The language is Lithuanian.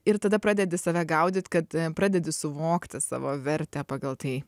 ir tada pradedi save gaudyt kad pradedi suvokti savo vertę pagal tai